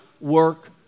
work